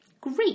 great